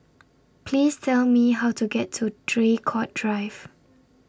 Please Tell Me How to get to Draycott Drive